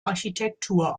architektur